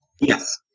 Yes